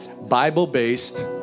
Bible-based